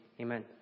Amen